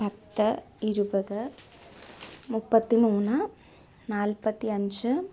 പത്ത് ഇരുപത് മുപ്പത്തി മൂന്ന് നാല്പത്തി അഞ്ച്